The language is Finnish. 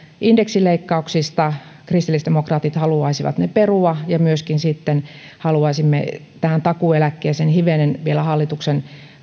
indeksileikkauksista kristillisdemokraatit haluaisivat ne perua ja myöskin haluaisimme tähän takuueläkkeeseen hivenen vielä hallituksen